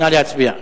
נא להצביע.